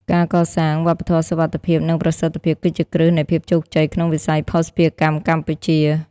ការកសាង "វប្បធម៌សុវត្ថិភាព និងប្រសិទ្ធភាព" គឺជាគ្រឹះនៃភាពជោគជ័យក្នុងវិស័យភស្តុភារកម្មកម្ពុជា។